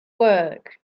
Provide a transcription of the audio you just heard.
work